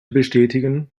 bestätigen